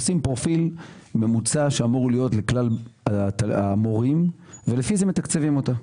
עושים פרופיל ממוצע שאמור להיות לכלל המורים ולפי זה מתקצבים אותה.